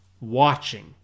watching